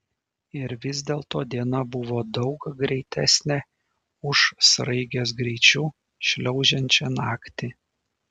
ir vis dėlto diena buvo daug greitesnė už sraigės greičiu šliaužiančią naktį